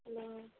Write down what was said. hello